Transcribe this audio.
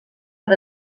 per